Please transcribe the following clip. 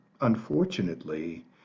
unfortunately